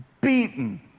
beaten